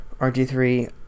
RG3